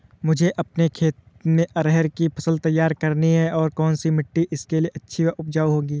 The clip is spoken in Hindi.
मुझे अपने खेत में अरहर की फसल तैयार करनी है और कौन सी मिट्टी इसके लिए अच्छी व उपजाऊ होगी?